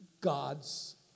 God's